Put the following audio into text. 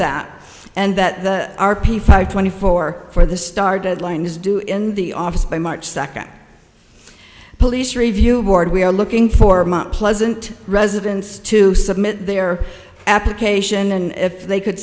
that and that the r p five twenty four for the start deadline is due in the office by march second police review board we are looking for pleasant residents to submit their application and if they could